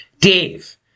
Dave